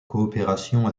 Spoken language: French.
coopération